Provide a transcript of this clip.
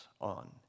on